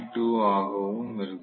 2 ஆகவும் இருக்கும்